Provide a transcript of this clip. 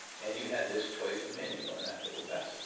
and you had this choice of menu on that little vessel